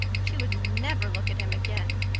she would never look at him again!